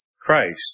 Christ